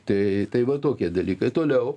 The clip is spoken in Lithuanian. tai tai va tokie dalykai toliau